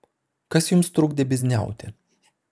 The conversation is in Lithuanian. kas jums trukdė bizniauti